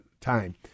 time